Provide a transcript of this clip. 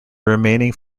remaining